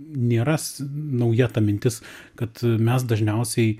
nėra s nauja ta mintis kad mes dažniausiai